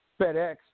FedEx